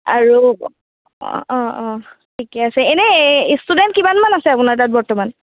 আৰু অঁ অঁ অঁ ঠিকে আছে এনেই ষ্টুডেণ্ট কিমানমান আছে আপোনাৰ তাত বৰ্তমান